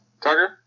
Tucker